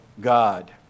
God